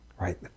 right